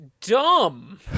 dumb